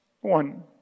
One